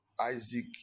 Isaac